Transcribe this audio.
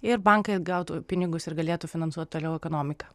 ir bankai atgautų pinigus ir galėtų finansuoti toliau ekonomiką